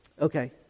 Okay